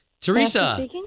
Teresa